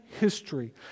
history